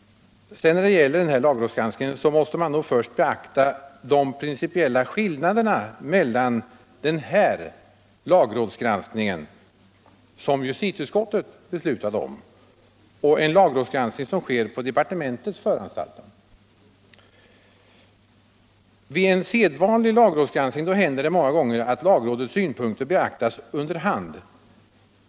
Vad beträffar lagrådsgranskningen måste man först beakta de principiella skillnaderna mellan den här lagrådsgranskningen, som justitieutskottet beslutat om, och en lagrådsgranskning som sker på departementets föranstaltande. Vid en sedvanlig lagrådsgranskning gäller det många gånger att lagrådets synpunkter beaktas under hand.